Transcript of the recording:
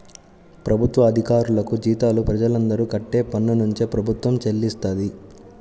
ప్రభుత్వ అధికారులకు జీతాలు ప్రజలందరూ కట్టే పన్నునుంచే ప్రభుత్వం చెల్లిస్తది